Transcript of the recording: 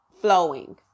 flowing